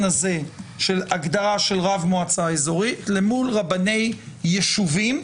הזה של הגדרה של רב מועצה אזורית למול רבני יישובים.